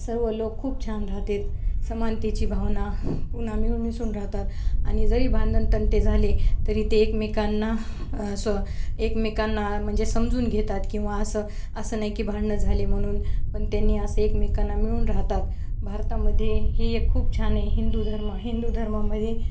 सर्व लोक खूप छान राहतात समानतेची भावना पुन्हा मिळून मिसळून राहतात आणि जरी भांडण तंटे झाले तरी ते एकमेकांना असं एकमेकांना म्हणजे समजून घेतात किंवा असं असं नाही की भांडणं झाले म्हणून पण त्यांनी असं एकमेकांना मिळून राहतात भारतामध्ये ही एक खूप छान आहे हिंदू धर्म हिंदू धर्मामध्ये